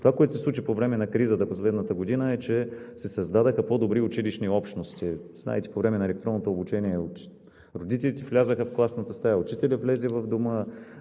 Това, което се случи по време на кризата последната година, е, че се създадоха по-добри училищни общности. Знаете, по време на електронното обучение родителите влязоха в класните стаи, учителят влезе в дома,